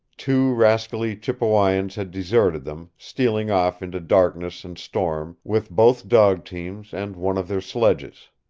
two rascally chippewyans had deserted them, stealing off into darkness and storm with both dog teams and one of their sledges.